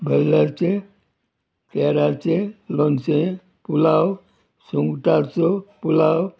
बैलाचें तेराचें लोनचें पुलाव सुंगटाचो पुलाव